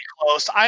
close